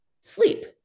sleep